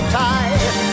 tie